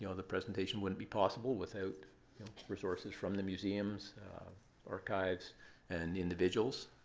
you know the presentation wouldn't be possible without resources from the museum's archives and individuals.